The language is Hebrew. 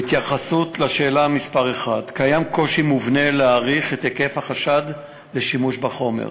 1. יש קושי מובנה להעריך את היקף החשד לשימוש בחומר.